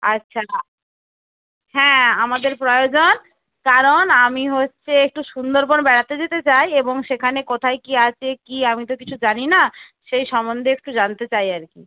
আচ্ছা হ্যাঁ আমাদের প্রয়োজন কারণ আমি হচ্ছে একটু সুন্দরবন বেড়াতে যেতে চাই এবং সেখানে কোথায় কী আছে কি আমি তো কিছু জানি না সেই সম্বন্ধে একটু জানতে চাই আর কি